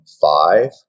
five